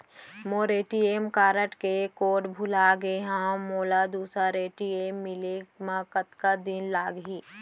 मोर ATM card के code भुला गे हव, मोला दूसर ए.टी.एम मिले म कतका दिन लागही?